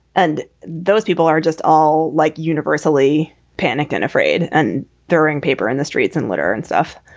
and those people are just all like universally panicked and afraid and throwing paper in the streets and litter and stuff.